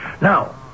Now